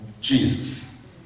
Jesus